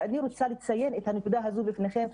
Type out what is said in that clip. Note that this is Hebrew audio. ואני רוצה לציין את הנקודה הזו בפניכם,